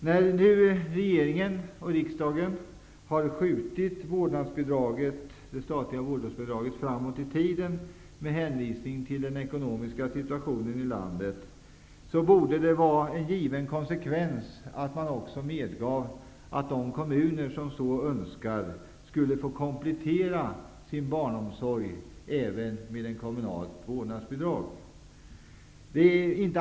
När nu regeringen och riksdagen har skjutit införandet av det statliga vårdnadsbidraget framåt i tiden med hänvisning till den ekonomiska situationen i landet, borde det vara en given konsekvens att man också medgav att de kommuner som så önskar skulle få komplettera sin barnomsorg med ett kommunalt vårdnadsbidrag.